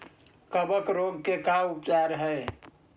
कबक रोग के का उपचार है?